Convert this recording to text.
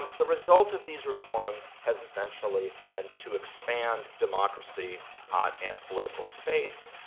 the results of these reforms has essentially been to expand democracy and political space,